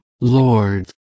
Lord